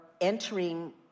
entering